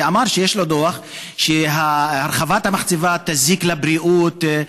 ואמר שיש לו דוח שהרחבת המחצבה תזיק לבריאות,